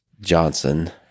Johnson